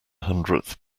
hundredth